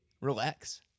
relax